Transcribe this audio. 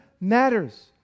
matters